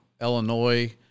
Illinois